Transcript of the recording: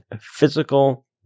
physical